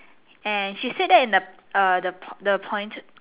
and she said that in the err the point